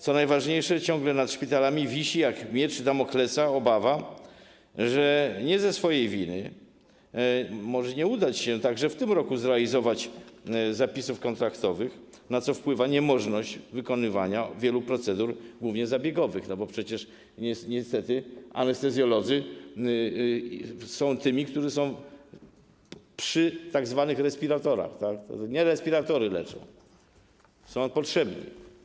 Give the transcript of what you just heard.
Co najważniejsze, ciągle nad szpitalami wisi jak miecz Damoklesa obawa, że nie ze swojej winy może nie udać się także w tym roku zrealizować zapisów kontraktowych, na co wpływa niemożność wykonywania wielu procedur głównie zabiegowych, bo przecież niestety anestezjolodzy są tymi, którzy są przy tzw. respiratorach - to nie respiratory leczą - i są potrzebni.